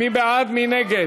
מי בעד, מי נגד?